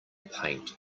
paint